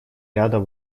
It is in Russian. ряда